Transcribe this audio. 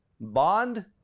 bond